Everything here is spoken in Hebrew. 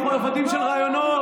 אנחנו עבדים של רעיונות.